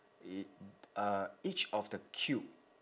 it uh each of the cube